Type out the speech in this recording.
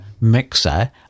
mixer